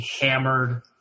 hammered